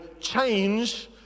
change